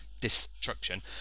destruction